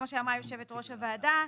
כמו שאמרה יושבת ראש הוועדה,